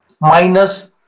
minus